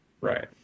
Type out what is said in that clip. Right